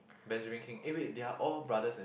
Benjamin-Kheng eh wait they are all brothers eh